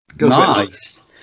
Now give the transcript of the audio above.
Nice